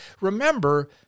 remember